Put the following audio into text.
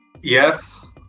yes